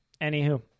Anywho